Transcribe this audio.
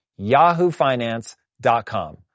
yahoofinance.com